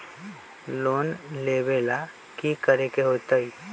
Loan लेवेला की करेके होतई?